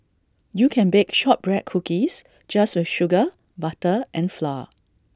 you can bake Shortbread Cookies just with sugar butter and flour